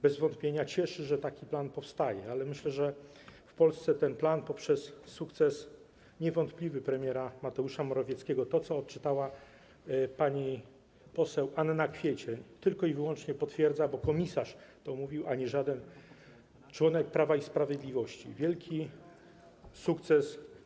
Bez wątpienia cieszy, że taki plan powstaje, ale myślę, że w Polsce ten plan poprzez niewątpliwy sukces premiera Mateusza Morawieckiego - to, co odczytała pani poseł Anna Kwiecień, tylko i wyłącznie to potwierdza, bo mówił to komisarz, a nie żaden członek Prawa i Sprawiedliwości - to wielki sukces.